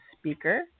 speaker